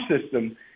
system